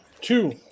two